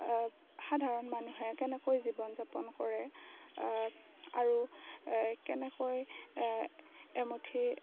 সাধাৰণ মানুহে কেনেকৈ জীৱন যাপন কৰে আৰু কেনেকৈ এমুঠি